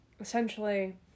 essentially